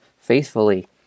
faithfully